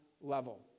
level